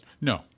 No